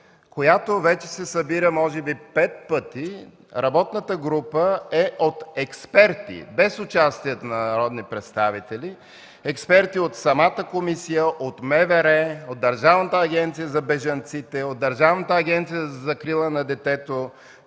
която вече се събира може би пет пъти. Работната група е от експерти, без участието на народни представители – експерти от самата комисия, от МВР, от Държавната агенция за бежанците, от Държавната агенция за закрила на детето,